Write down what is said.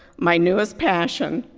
my newest passion,